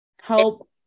help